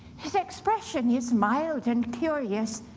his expression is mild and curious,